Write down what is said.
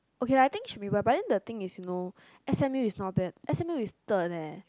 okay lah I think should be able lah but but the thing is no s_m_u is not bad s_m_u is third leh